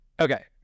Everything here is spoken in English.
Okay